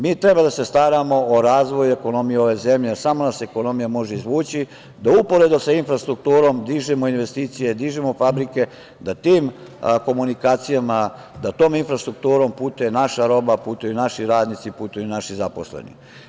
Mi treba da se staramo o razvoju i ekonomiji ove zemlje, jer samo nas ekonomija može izvući, da uporedo sa infrastrukturom dižemo investicije, dižemo fabrike, da tim komunikacijama, da tom infrastrukturom putuje naša roba, putuju naši radnici, putuju naši zaposleni.